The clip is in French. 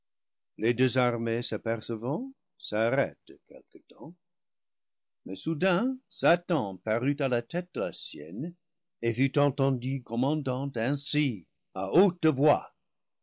les deux ar niées s'apercevant s'arrêtent quelque temps mais soudain satan parut à la tête de la sienne et fut entendu commandant ainsi à haute voix